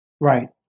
Right